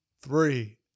three